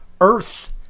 Earth